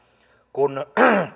kun